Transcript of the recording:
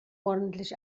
ordentlich